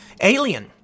Alien